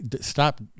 stop